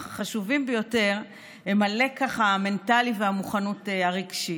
אך החשובים ביותר הם הלקח המנטלי והמוכנות הרגשית.